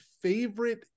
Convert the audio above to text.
favorite